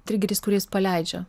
trigeris kuris paleidžia